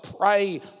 pray